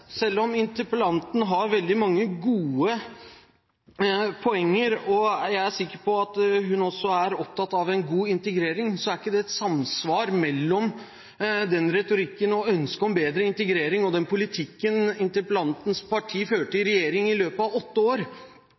Selv om interpellanten har veldig mange gode poeng – jeg er sikker på at hun også er opptatt av en god integrering – er det ikke samsvar mellom retorikken og ønsket om bedre integrering og den politikken interpellantens parti førte i regjering i løpet av åtte år.